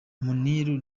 muniru